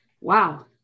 Wow